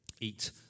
eat